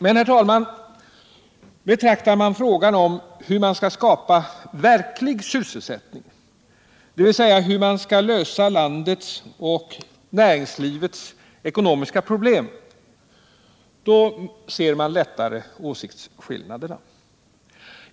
Men, herr talman, betraktar man frågan om hur man skall skapa verklig sysselsättning, dvs. hur man skall lösa landets och näringslivets ekonomiska problem, då ser man lättare åsiktsskillnaderna.